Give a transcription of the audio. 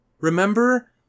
Remember